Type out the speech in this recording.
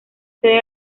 sede